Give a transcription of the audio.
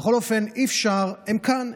בכל אופן, אי-אפשר, הם כאן.